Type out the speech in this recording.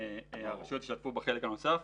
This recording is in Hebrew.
הרשויות ישתתפו בחלק הנוסף.